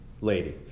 lady